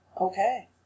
Okay